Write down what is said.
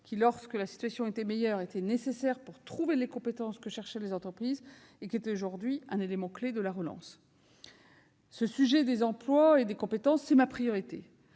Lorsque la situation était meilleure, cette mobilisation était nécessaire pour trouver les compétences que recherchaient les entreprises. Elle est aujourd'hui un élément clé de la relance. Le sujet des emplois et des compétences est ma priorité.